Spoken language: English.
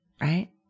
right